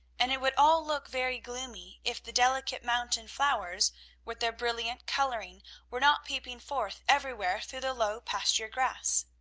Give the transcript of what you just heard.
and it would all look very gloomy if the delicate mountain flowers with their brilliant coloring were not peeping forth everywhere through the low pasture grass.